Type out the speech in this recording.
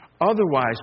Otherwise